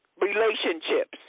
relationships